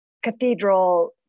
cathedral